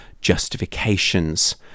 justifications